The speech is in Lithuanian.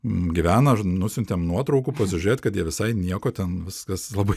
gyvena ir nusiuntėm nuotraukų pasižiūrėt kad jie visai nieko ten viskas labai